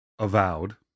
Avowed